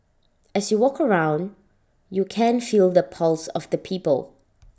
as you walk around you can feel the pulse of the people